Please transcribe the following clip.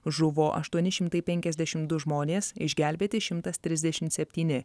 žuvo aštuoni šimtai penkiasdešim du žmonės išgelbėti šimtas trisdešimt septyni